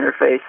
interface